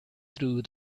through